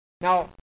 Now